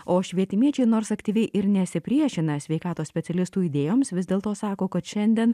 o švietimiečiai nors aktyviai ir nesipriešina sveikatos specialistų idėjoms vis dėlto sako kad šiandien